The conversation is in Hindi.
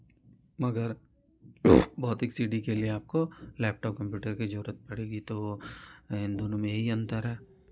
मगर भौतिक सी डी के लिए आपको लैपटॉप कम्प्यूटर की ज़रूरत पड़ेगी तो वो इन दोनों में यही अंतर है